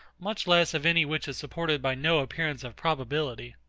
much less of any which is supported by no appearance of probability.